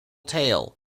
tale